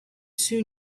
soon